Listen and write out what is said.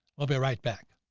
we'll be right back